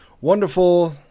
wonderful